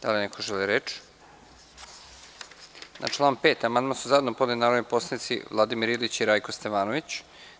Da li neko želi reč? (Ne.) Na član 5. amandman su zajedno podneli narodni poslanici Vladimir Ilić i Rajko Stevanović.